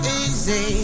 easy